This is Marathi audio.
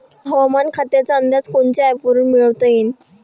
हवामान खात्याचा अंदाज कोनच्या ॲपवरुन मिळवता येईन?